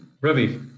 Ravi